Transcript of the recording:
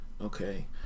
okay